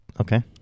Okay